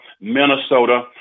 Minnesota